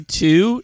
two